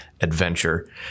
adventure